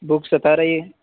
بھوک ستا رہی ہے